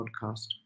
podcast